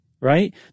right